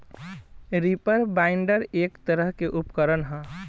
reaper binder एक तरह के उपकरण ह